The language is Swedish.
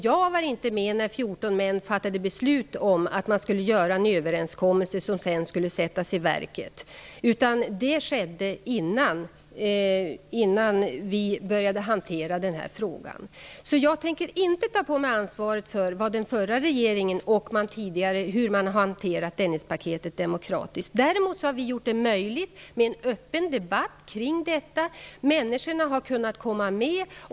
Jag var inte med när 14 män fattade beslut om att man skulle träffa en överenskommelse som sedan skulle genomföras. Det skedde innan vi började hantera den här frågan. Jag tänker inte ta på mig ansvaret för hur den förra regeringen hanterat Dennispaktet ur demokratisk synpunkt. Vi har gjort det möjligt att föra en öppen debatt kring detta. Människorna har kunnat vara med.